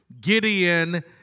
Gideon